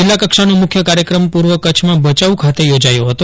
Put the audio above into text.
જીલ્લા કક્ષાનો મુખ્ય કાર્યક્રમ પૂર્વ કચ્છમાં ભયાઉ ખાતે થીજાથી હતો